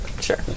sure